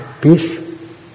peace